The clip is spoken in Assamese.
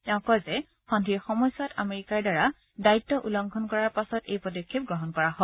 তেওঁ কয় যে সন্ধিৰ সময়ছোৱাত আমেৰিকাৰ দ্বাৰা দায়িত্ব উলংঘন কৰাৰ পাচত এই পদক্ষেপ গ্ৰহণ কৰা হয়